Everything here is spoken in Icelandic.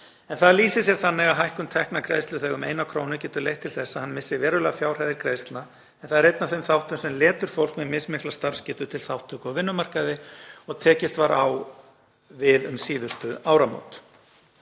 en það lýsir sér þannig að hækkun tekna greiðsluþega um eina krónu getur leitt til þess að hann missi verulegar fjárhæðir greiðslna en það er einn af þeim þáttum sem letur fólk með mismikla starfsgetu til þátttöku á vinnumarkaði og tekist var á við um síðustu áramót.